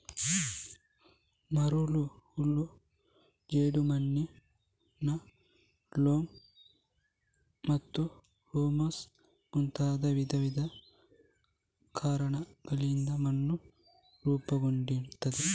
ಮರಳು, ಹೂಳು, ಜೇಡಿಮಣ್ಣು, ಲೋಮ್ ಮತ್ತು ಹ್ಯೂಮಸ್ ಮುಂತಾದ ವಿವಿಧ ಕಣಗಳಿಂದ ಮಣ್ಣು ರೂಪುಗೊಳ್ಳುತ್ತದೆ